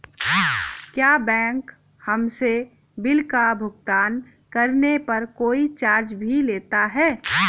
क्या बैंक हमसे बिल का भुगतान करने पर कोई चार्ज भी लेता है?